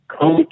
coach